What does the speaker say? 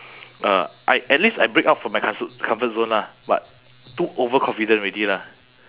uh I at least I break out from my comfort comfort zone lah but too overconfident already lah